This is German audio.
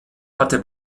hatte